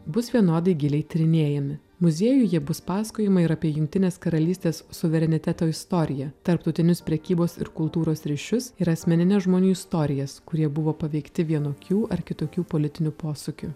bus vienodai giliai tyrinėjami muziejuje bus pasakojama ir apie jungtinės karalystės suvereniteto istoriją tarptautinius prekybos ir kultūros ryšius ir asmenines žmonių istorijas kurie buvo paveikti vienokių ar kitokių politinių posūkių